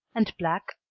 and black,